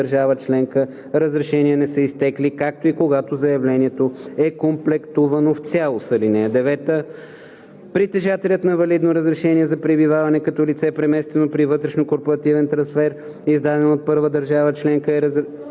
държава членка разрешение не са изтекли, както и когато заявлението е комплектувано в цялост. (9) Притежателят на валидно разрешение за пребиваване като лице, преместено при вътрешнокорпоративен трансфер, издадено от първа държава членка, с разрешен